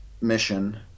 mission